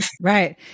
right